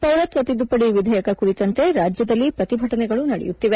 ಪೌರತ್ವ ತಿದ್ದುಪಡಿ ವಿಧೇಯಕ ಕುರಿತಂತೆ ರಾಜ್ಯದಲ್ಲಿ ಪ್ರತಿಭಟನೆ ನಡೆಯುತ್ತಿದೆ